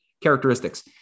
characteristics